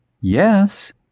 Yes